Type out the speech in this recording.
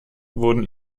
wurden